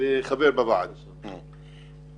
וחבר בוועד ארגון קבלני פיגום.